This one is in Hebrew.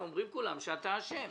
הם אומרים כולם שאתה אשם".